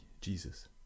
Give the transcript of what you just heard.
Jesus